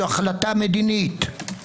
זו החלטה מדינית.